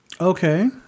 Okay